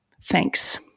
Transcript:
Thanks